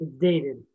dated